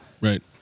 Right